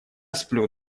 сплю